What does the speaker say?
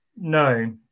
no